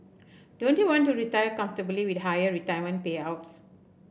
don't you want to retire comfortably with higher retirement payouts